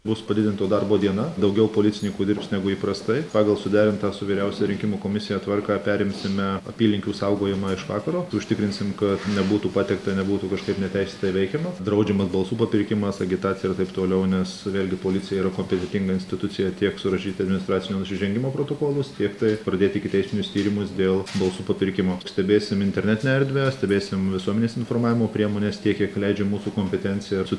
bus padidinto darbo diena daugiau policininkų dirbs negu įprastai pagal suderintą su vyriausiąja rinkimų komisija tvarką perimsime apylinkių saugojimą iš vakaro užtikrinsim kad nebūtų pateikta nebūtų kažkaip neteisėtai veikiama draudžiamas balsų papirkimas agitacija ir taip toliau nes vėl gi policija yra kompetentinga institucija tiek surašyti administracinio nusižengimo protokolus tiek taip pradėti ikiteisminius tyrimus dėl balsų papirkimo stebėsim internetinę erdvę stebėsim visuomenės informavimo priemones tiek kiek leidžia mūsų kompetencija su